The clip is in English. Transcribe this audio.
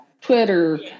Twitter